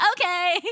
okay